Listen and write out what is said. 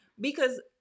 Because-